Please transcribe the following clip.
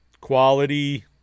quality